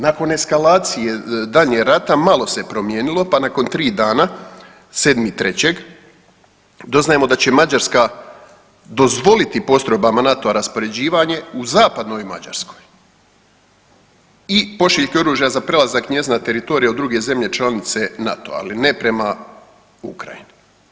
Nakon eskalacije daljnjeg rata malo se promijenilo pa nakon 3 dana, 7.3. doznajemo da će Mađarska dozvoliti postrojbama NATO-a raspoređivanje u zapadnoj Mađarskoj i pošiljke oružja za prelazak njezina teritorija u druge zemlje članice NATO-a, ali ne prema Ukrajini.